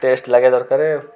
test ଲାଗିବା ଦରକାର